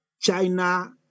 China